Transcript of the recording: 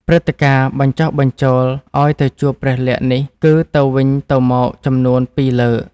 ព្រឹត្តិការណ៍បញ្ចុះបញ្ចូលឱ្យទៅជួបព្រះលក្សណ៍នេះគឺទៅវិញទៅមកចំនួន ពីរលើក។